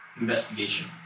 Investigation